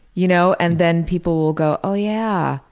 you know and then people will go oh yeah,